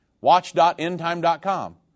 watch.endtime.com